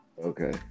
Okay